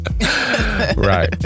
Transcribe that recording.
Right